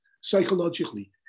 psychologically